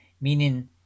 meaning